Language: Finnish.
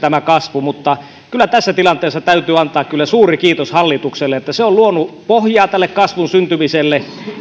mutta kyllä tässä tilanteessa täytyy antaa suuri kiitos hallitukselle että se luonut pohjaa tälle kasvun syntymiselle